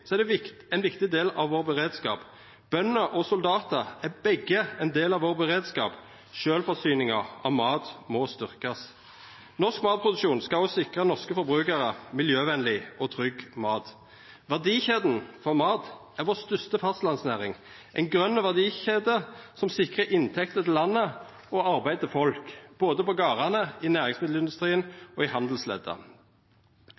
så viktig å ha ein nasjonal matproduksjon? Etter vårt syn er det ein viktig del av beredskapen vår. Bønder og soldatar er ein del av beredskapen vår. Sjølvforsyninga av mat må styrkjast. Norsk matproduksjon skal òg sikra norske forbrukarar miljøvenleg og trygg mat. Verdikjeda for mat er den største fastlandsnæringa vår, ei grøn verdikjede som sikrar inntekter til landet og arbeid til folk både på gardane, i næringsmiddelindustrien